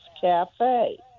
Cafe